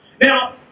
Now